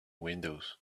windows